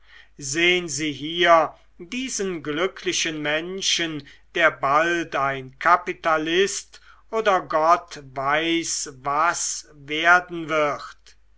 sehn sie hier diesen glücklichen menschen der bald ein kapitalist oder gott weiß was werden wird